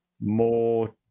more